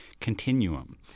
continuum